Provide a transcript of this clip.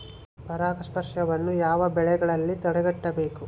ಪರಾಗಸ್ಪರ್ಶವನ್ನು ಯಾವ ಬೆಳೆಗಳಲ್ಲಿ ತಡೆಗಟ್ಟಬೇಕು?